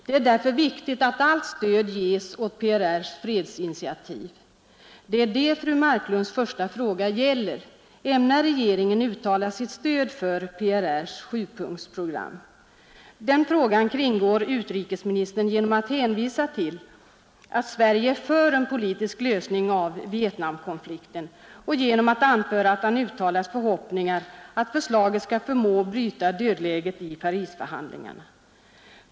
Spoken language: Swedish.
Det är därför viktigt att allt stöd ges åt PRR:s fredsinitiativ. Det är detta fru Marklunds första fråga gäller: Ämnar regeringen uttala sitt stöd för PRR:s sjupunktsprogram? Den frågan kringgår utrikesministern genom att hänvisa till att Sverige är för ”en politisk lösning av Vietnamkonflikten”, och genom att anföra att han har uttalat förhoppningar om att förslaget skall förmå bryta dödläget i Parisförhandlingarna.